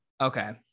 okay